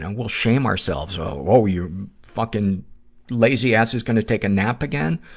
and we'll shame ourselves, oh, oh, you fucking lazy ass is gonna take a nap again!